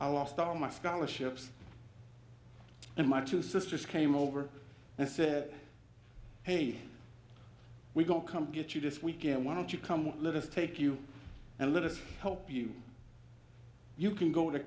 i lost all my scholarships and my two sisters came over and said hey we don't come to get you this we can why don't you come let us take you and let us help you you can go